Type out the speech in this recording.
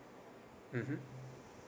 mmhmm